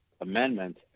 Amendment